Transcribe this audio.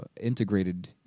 integrated